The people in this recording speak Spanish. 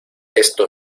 esto